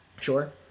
Sure